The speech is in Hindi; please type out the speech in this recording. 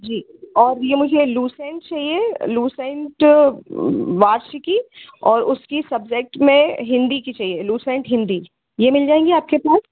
जी और यह मुझे लुसेंट चाहिए लुसेंट वार्षिकी उसकी सब्जेक्ट में हिंदी की चाहिए लुसेंट हिंदी यह मिल जाएँगी आपके पास